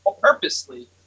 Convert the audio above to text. purposely